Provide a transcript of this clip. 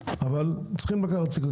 אבל צריכים לקחת סיכון.